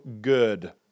good